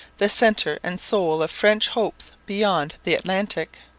the centre and soul of french hopes beyond the atlantic.